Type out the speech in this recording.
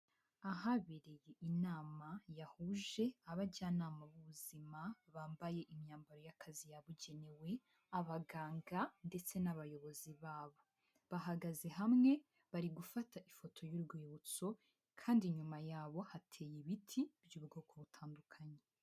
Ahaberiye inama yahuje abajyanama b'ubuzima bambaye imyambaro y'akazi yabugenewe, abaganga ndetse n'abayobozi babo. Bahagaze hamwe bari gufata ifoto y'urwibutso, kandi inyuma yabo hateye ibiti by'ubwkoko butandukanye.